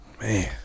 man